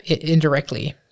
indirectly